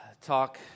talk